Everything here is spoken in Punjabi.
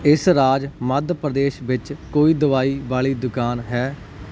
ਇਸ ਰਾਜ ਮੱਧ ਪ੍ਰਦੇਸ਼ ਵਿੱਚ ਕੋਈ ਦਵਾਈ ਵਾਲੀ ਦੁਕਾਨ ਹੈ